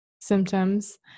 symptoms